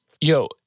yo